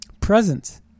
presence